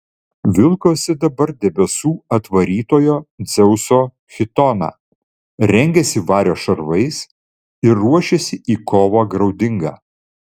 vilkosi dabar debesų atvarytojo dzeuso chitoną rengėsi vario šarvais ir ruošėsi į kovą graudingą